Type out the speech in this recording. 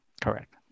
Correct